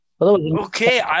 Okay